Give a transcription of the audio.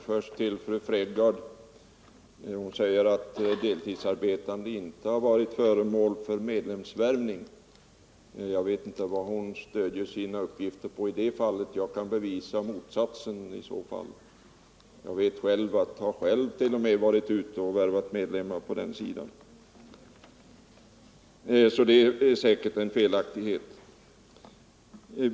Herr talman! Fru Fredgardh säger att deltidsarbetande inte har varit föremål för medlemsvärvning. Jag vet inte vad hon stöder sina uppgifter på. Jag kan bevisa motsatsen — jag har själv varit ute och värvat sådana medlemmar.